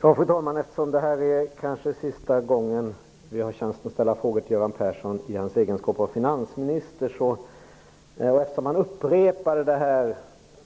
Fru talman! Eftersom det här kanske är sista gången vi har chansen att ställa frågor till Göran Persson i hans egenskap av finansminister och eftersom han upprepade